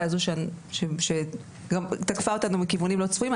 הזו שגם תקפה אותנו מכיוונים לא צפויים,